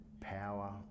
power